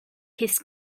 his